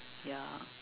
ya